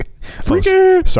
Sorry